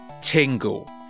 Tingle